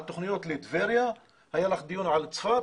על תוכניות לטבריה והיה לך דיון על צפת.